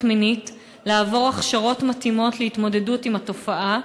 מינית לעבור הכשרות מתאימות להתמודדות עם התופעה,